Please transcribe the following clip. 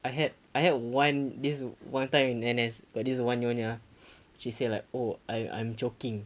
I had I had one this one time in N_S got this one nyonya she said like oh I I'm choking